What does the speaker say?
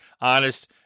honest